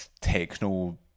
techno